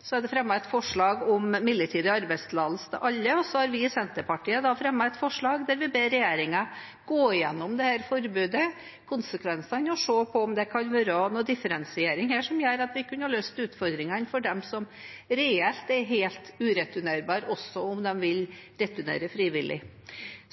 Så er det fremmet et forslag om midlertidig arbeidstillatelse til alle, og vi i Senterpartiet har fremmet et forslag der vi ber regjeringen gå gjennom dette forbudet, konsekvensene, og se på om det kan være en differensiering her som gjør at vi kunne ha løst utfordringene for dem som reelt er helt ureturnerbare, også om de vil returnere frivillig.